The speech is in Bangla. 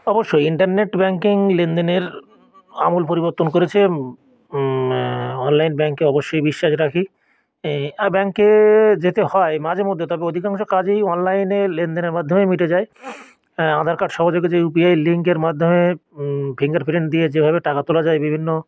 অবশ্যই ইন্টারনেট ব্যাঙ্কিং লেনদেনের আমূল পরিবর্তন করেছে অনলাইন ব্যাঙ্কে অবশ্যই বিশ্বাস রাখি এ আর ব্যাঙ্কে যেতে হয় মাঝে মধ্যে তবে অধিকাংশ কাজেই অনলাইনে লেনদেনের মাধ্যমেই মিটে যায় হ্যাঁ আধার কার্ড সহযোগী যে ইউ পি আই লিংকের মাধ্যমে ফিঙ্গার প্রিন্ট দিয়ে যেভাবে টাকা তোলা যায় বিভিন্ন